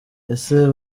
ese